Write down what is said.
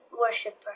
worshipper